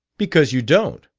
because you don't.